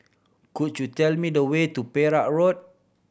could you tell me the way to Perak Road